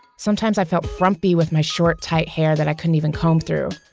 sometimes i felt frumpy with my short, tight hair that i couldn't even comb through.